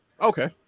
Okay